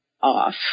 off